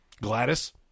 Gladys